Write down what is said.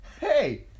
Hey